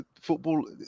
football